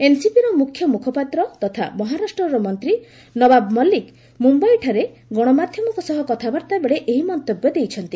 ଏନ୍ସିପିର ମୁଖ୍ୟ ମୁଖପାତ୍ର ତଥା ମହାରାଷ୍ଟ୍ରର ମନ୍ତ୍ରୀ ନବାବ ମଲ୍ଲିକ ମୁମ୍ୟାଇଠାରେ ଗଣମାଧ୍ୟମ ସହ କଥାବାର୍ତ୍ତା ବେଳେ ଏହି ମନ୍ତବ୍ୟ ଦେଇଛନ୍ତି